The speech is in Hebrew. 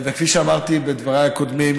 וכפי שאמרתי בדבריי הקודמים,